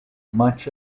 much